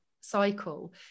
cycle